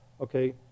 Okay